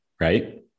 right